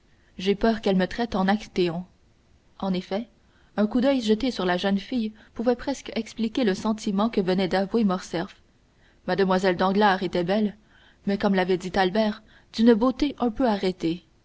j'ai peur qu'elle ne me traite en actéon en effet un coup d'oeil jeté sur la jeune fille pouvait presque expliquer le sentiment que venait d'avouer morcerf mlle danglars était belle mais comme l'avait dit albert d'une beauté un peu arrêtée